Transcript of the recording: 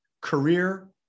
career